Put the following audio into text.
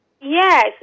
Yes